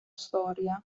storia